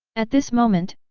at this moment,